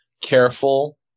careful